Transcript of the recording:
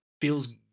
feels